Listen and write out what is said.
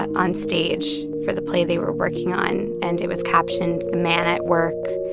on stage for the play they were working on. and it was captioned the man at work,